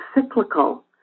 cyclical